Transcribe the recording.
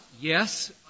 yes